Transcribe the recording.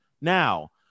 Now